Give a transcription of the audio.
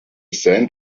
sand